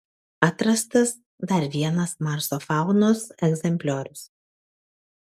atrastas dar vienas marso faunos egzempliorius